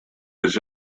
his